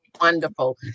wonderful